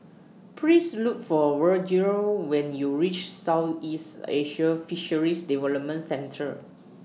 Please Look For Virgel when YOU REACH Southeast Asian Fisheries Development Centre